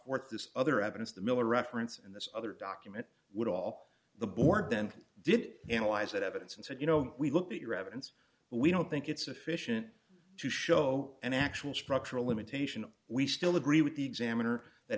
what this other evidence the miller reference and this other document would all the board then did analyze that evidence and said you know we look at your evidence but we don't think it's sufficient to show an actual structural limitation we still agree with the examiner that